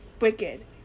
wicked